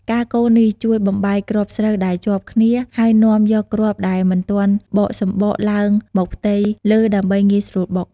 ការកូរនេះជួយបំបែកគ្រាប់ស្រូវដែលជាប់គ្នា ហើយនាំយកគ្រាប់ដែលមិនទាន់បកសម្បកឡើងមកផ្ទៃលើដើម្បីងាយស្រួលបុក។